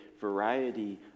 variety